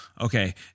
okay